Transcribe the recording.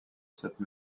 cette